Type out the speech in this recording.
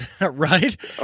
Right